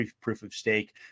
proof-of-stake